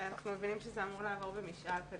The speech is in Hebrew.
אנחנו מבינים שזה אמור לעבור במשאל.